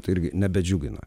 tai irgi nebedžiugina